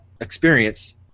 experience